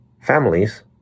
families